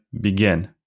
begin